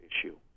issue